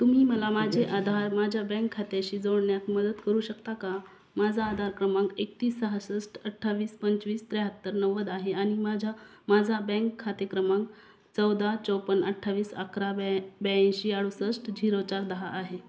तुम्ही मला माझे आधार माझ्या बँक खात्याशी जोडण्यात मदत करू शकता का माझा आधार क्रमांक एकतीस सहासष्ट अठ्ठावीस पंचवीस त्र्याहत्तर नव्वद आहे आणि माझ्या माझा बँक खाते क्रमांक चौदा चोपन्न अठ्ठावीस अकरा ब्या ब्याऐंशी अडुसष्ट झिरो चार दहा आहे